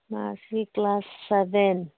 ꯃꯥꯁꯤ class seven